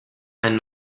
ein